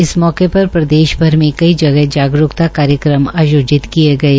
इस मौके पर प्रदेश भर में कई गह ागरूक्ता कार्यक्रम आयोपित किये गये